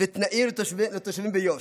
ותנאים לתושבים ביו"ש,